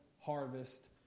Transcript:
harvest